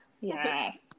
Yes